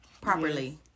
properly